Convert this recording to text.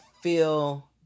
feel